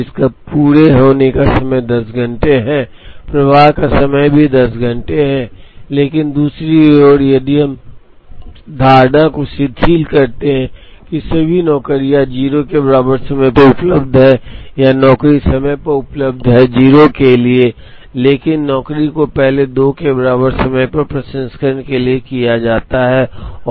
तो इसका पूरा होने का समय 10 घंटे है प्रवाह का समय भी 10 घंटे है लेकिन दूसरी ओर यदि हम एक धारणा को शिथिल करते हैं कि सभी नौकरियां 0 के बराबर समय पर उपलब्ध हैं या नौकरी समय पर उपलब्ध है 0 के लिए लेकिन नौकरी को पहले 2 के बराबर समय पर प्रसंस्करण के लिए लिया जाता है